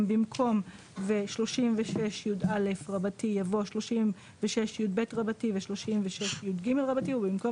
במקום ו-"36יא" יבוא "36יב ו-36יג" ובמקום